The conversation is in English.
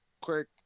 quick